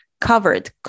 covered